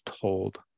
told